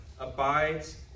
abides